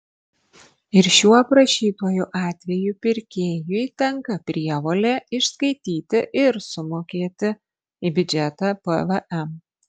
ir šiuo aprašytuoju atveju pirkėjui tenka prievolė išskaityti ir sumokėti į biudžetą pvm